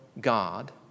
God